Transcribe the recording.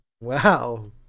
Wow